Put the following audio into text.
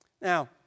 Now